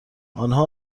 آنها